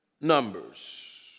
numbers